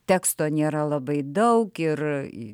teksto nėra labai daug ir